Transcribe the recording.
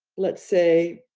let's say,